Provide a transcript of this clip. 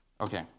Okay